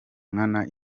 nkana